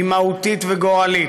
היא מהותית וגורלית,